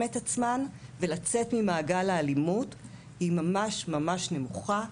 את עצמן ולצאת ממעגל האלימות היא ממש נמוכה.